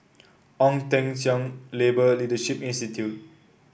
Ong Teng Cheong Labour Leadership Institute